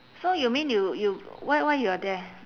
so you mean you you why why you are there